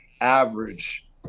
average